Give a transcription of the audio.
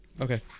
Okay